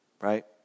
right